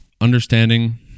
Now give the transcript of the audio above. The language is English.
understanding